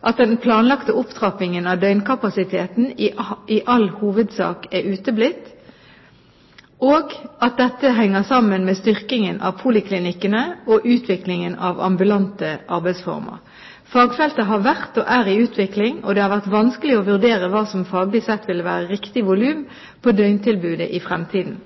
at den planlagte opptrappingen av døgnkapasiteten i all hovedsak er uteblitt, og at dette henger sammen med styrkingen av poliklinikkene og utviklingen av ambulante arbeidsformer. Fagfeltet har vært og er i utvikling, og det har vært vanskelig å vurdere hva som faglig sett vil være riktig volum på døgntilbudet i fremtiden.